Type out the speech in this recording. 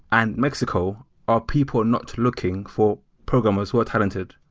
and mexico are people not looking for programmers who are talented?